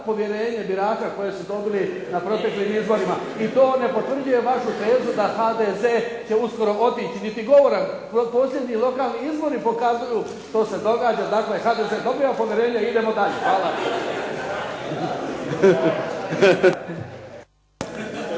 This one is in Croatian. povjerenje birača koje su dobili na proteklim izborima i to vam ne potvrđuje vašu tezu da HDZ će uskoro otići. Niti govora, posljednji lokalni izbori pokazuju što se događa, dakle HDZ dobiva povjerenje i idemo dalje. Hvala.